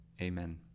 Amen